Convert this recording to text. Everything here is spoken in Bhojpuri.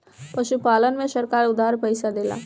पशुपालन में सरकार उधार पइसा देला?